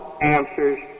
answers